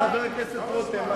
את שיטת הממשל שלכם?